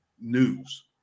news